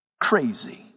crazy